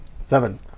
Seven